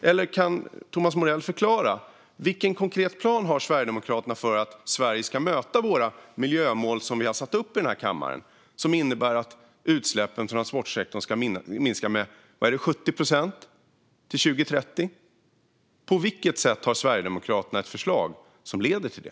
Eller kan Thomas Morell förklara vilken konkret plan Sverigedemokraterna har för att Sverige ska möta de miljömål som vi har satt upp i den här kammaren och som innebär att utsläppen från transportsektorn ska minska med 70 procent till 2030? Vad har Sverigedemokraterna för förslag som leder till det?